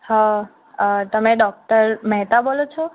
હં તમે ડોક્ટર મહેતા બોલો છો